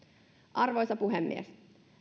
arvoisa puhemies